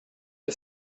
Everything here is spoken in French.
que